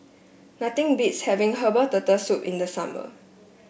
nothing beats having Herbal Turtle Soup in the summer